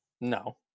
No